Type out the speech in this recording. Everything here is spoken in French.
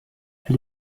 elle